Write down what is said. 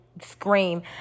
scream